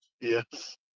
Yes